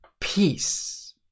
peace